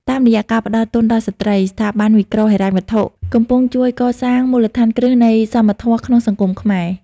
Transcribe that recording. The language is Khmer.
តាមរយៈការផ្ដល់ទុនដល់ស្ត្រី ស្ថាប័នមីក្រូហិរញ្ញវត្ថុកំពុងជួយកសាងមូលដ្ឋានគ្រឹះនៃសមធម៌ក្នុងសង្គមខ្មែរ។